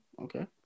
Okay